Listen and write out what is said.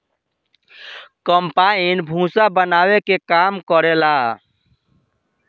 combine भूसा बानावे के काम करेला